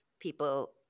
people